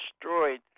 destroyed